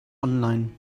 online